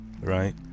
right